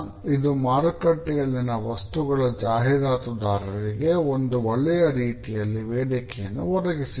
ಇದು ಮಾರುಕಟ್ಟೆಯಲ್ಲಿನ ವಸ್ತುಗಳ ಜಾಹೀರಾತುದಾರರಿಗೆ ಒಂದು ಒಳ್ಳೆ ರೀತಿಯ ವೇದಿಕೆಯನ್ನು ಒದಗಿಸಿತು